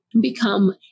become